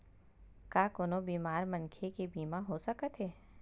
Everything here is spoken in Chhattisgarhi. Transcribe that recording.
का कोनो बीमार मनखे के बीमा हो सकत हे?